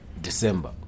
December